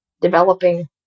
developing